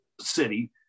city